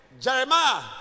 Jeremiah